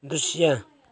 दृश्य